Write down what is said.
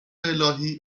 الهی